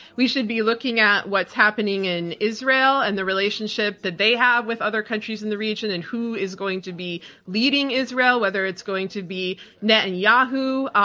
we should be looking at what's happening in israel and the relationship that they have with other countries in the region, and who is going to be leading israel, whether it's going to be netanyahu,